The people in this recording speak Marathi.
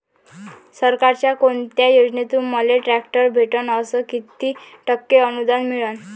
सरकारच्या कोनत्या योजनेतून मले ट्रॅक्टर भेटन अस किती टक्के अनुदान मिळन?